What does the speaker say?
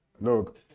Look